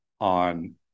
on